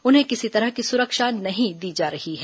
उन्हें किसी तरह की सुरक्षा नहीं दी जा रही है